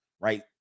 right